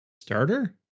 Starter